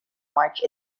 march